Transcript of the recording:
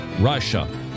Russia